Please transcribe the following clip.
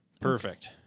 perfect